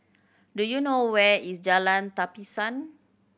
do you know where is Jalan Tapisan